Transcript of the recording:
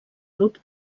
grup